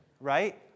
right